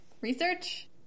research